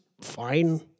fine